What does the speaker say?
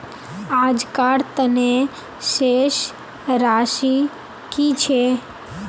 आजकार तने शेष राशि कि छे?